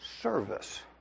service